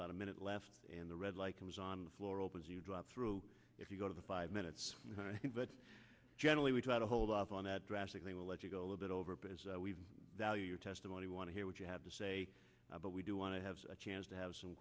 about a minute left and the red light comes on the floor opens you drop through if you go to the five minutes but generally we try to hold off on that drastically we'll let you go a little bit over because we've testimony want to hear what you have to say but we do want to have a chance to have some